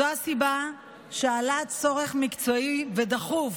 זו הסיבה שעלה צורך מקצועי ודחוף